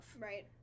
Right